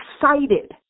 excited